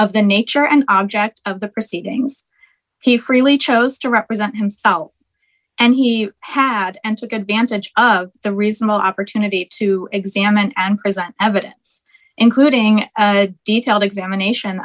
of the nature and object of the proceedings he freely chose to represent himself and he had and took advantage of the reasonable opportunity to examine and present evidence including a detailed examination